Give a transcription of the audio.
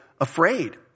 afraid